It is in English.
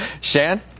Shan